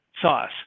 sauce